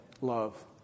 love